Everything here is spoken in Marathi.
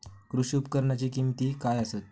कृषी उपकरणाची किमती काय आसत?